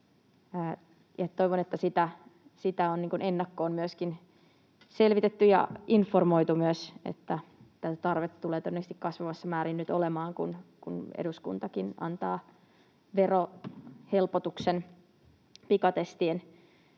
Toivon, että on ennakkoon myöskin selvitetty ja informoitu sitä, että tätä tarvetta tulee todennäköisesti kasvavassa määrin nyt olemaan, kun eduskuntakin antaa verohelpotuksen pikatestien